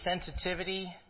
sensitivity